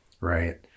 Right